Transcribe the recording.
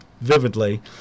vividly